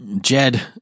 jed